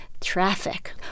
traffic